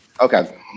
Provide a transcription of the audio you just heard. Okay